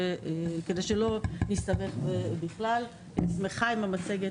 אתם יכולים לראות כאן את הספר "תרמילאים וסמים" שערכתי בזמנו,